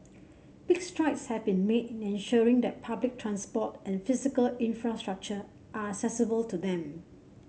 big strides have been made in ensuring that public transport and physical infrastructure are accessible to them